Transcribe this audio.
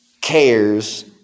cares